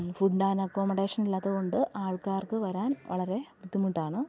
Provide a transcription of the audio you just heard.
food and accommodation ഇല്ലാത്തതുകൊണ്ട് ആൾക്കാർക്ക് വരാൻ വളരെ ബുദ്ധിമുട്ടാണ്